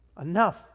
enough